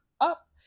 up